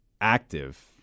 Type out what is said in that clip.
active